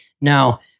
Now